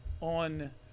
on